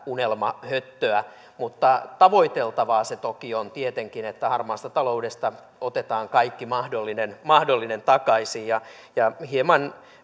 unelmahöttöä mutta tavoiteltavaa se toki on tietenkin että harmaasta taloudesta otetaan kaikki mahdollinen mahdollinen takaisin ja ja hieman